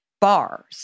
bars